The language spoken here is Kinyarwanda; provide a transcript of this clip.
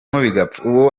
uwo